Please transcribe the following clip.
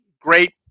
great